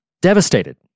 Devastated